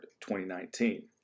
2019